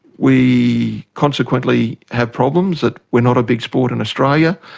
we consequently have problems that we are not a big sport in australia,